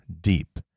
deep